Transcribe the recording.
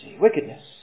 Wickedness